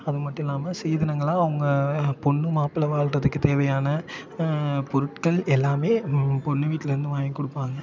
அது மட்டுமில்லாம சீதனங்களெலாம் அவங்க பொண்ணு மாப்பிள்ளை வாழ்றதுக்கு தேவையான பொருட்கள் எல்லாமே பொண்ணு வீட்டிலருந்து வாங்கி கொடுப்பாங்க